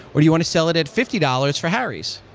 or do you want to sell it at fifty dollars for harry's?